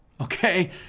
Okay